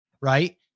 right